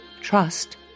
Trust